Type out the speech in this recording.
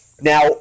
now